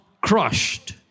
crushed